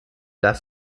das